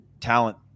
talent